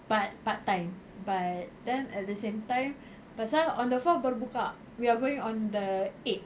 but part time but then at the same time pasal on the four baru buka we are going on the eight